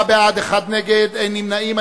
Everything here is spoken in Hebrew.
34 בעד, אחד נגד, אין נמנעים.